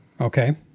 Okay